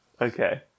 Okay